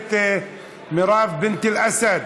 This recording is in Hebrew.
הכנסת מירב בינת אל-אסד.